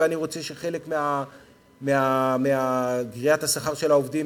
ואני רוצה שחלק מגריעת השכר של העובדים,